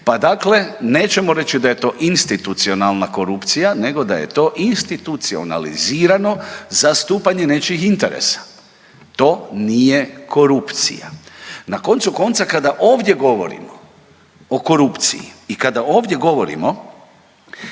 pa dakle nećemo reći da je to institucionalna korupcija, nego da je to institucionalizirano zastupanje nečijih interesa. To nije korupcija. Na koncu konca, kada ovdje govorimo o korupciji i kada ovdje govorimo